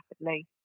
rapidly